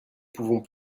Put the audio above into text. pouvons